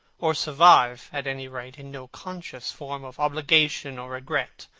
or survive, at any rate, in no conscious form of obligation or regret,